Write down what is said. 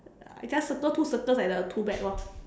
just circle two circles at the tool bag lor